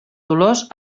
dolors